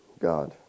God